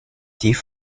die